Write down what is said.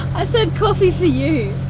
i said coffee for you.